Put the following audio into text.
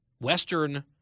Western